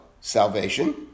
salvation